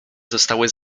zostały